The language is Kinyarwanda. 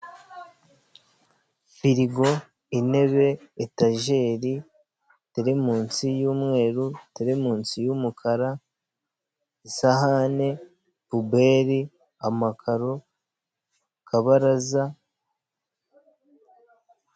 Firigo, intebe, etajeri, teremunsi y'umweru, terimunsi y'umukara, isahane puberi, amakaro, akabaraza.